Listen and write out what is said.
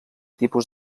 tipus